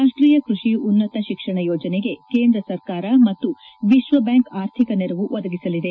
ರಾಷ್ಲೀಯ ಕೃಷಿ ಉನ್ನತ ತಿಕ್ಷಣ ಯೋಜನೆಗೆ ಕೇಂದ್ರ ಸರ್ಕಾರ ಮತ್ತು ವಿಶ್ವಬ್ಯಾಂಕ್ ಆರ್ಥಿಕ ನೆರವು ಒದಗಿಸಲಿದೆ